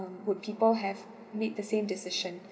um would people have made the same decision